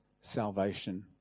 salvation